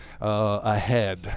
ahead